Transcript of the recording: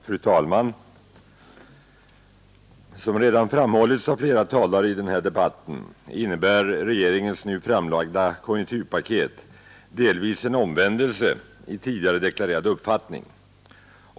Fru talman! Som redan framhållits av flera talare i denna debatt innebär regeringens nu framlagda konjunkturpaket delvis en omvändelse i fråga om tidigare deklarerad uppfattning.